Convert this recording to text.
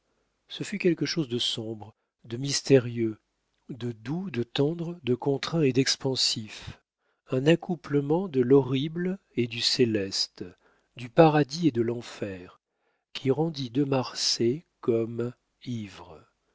ce fut quelque chose de sombre de mystérieux de doux de tendre de contraint et d'expansif un accouplement de l'horrible et du céleste du paradis et de l'enfer qui rendit de marsay comme ivre